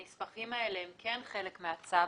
הנספחים האלה הם כן חלק מהצו,